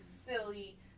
silly